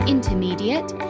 Intermediate